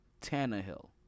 Tannehill